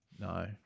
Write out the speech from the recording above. No